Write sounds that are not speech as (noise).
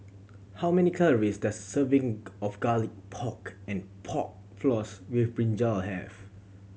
how many calories does serving (unintelligible) of Garlic Pork and Pork Floss with brinjal have